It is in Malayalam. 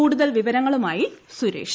കൂടുതൽ വിവരങ്ങളുമായി സുരേഷ്